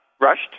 Rushed